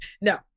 No